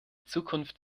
zukunft